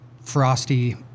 frosty